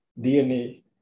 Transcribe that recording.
DNA